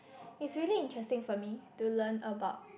it's really interesting for me to learn about